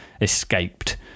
escaped